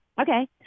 Okay